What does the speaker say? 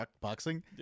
boxing